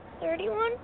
thirty-one